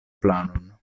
planon